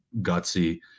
gutsy